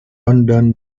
london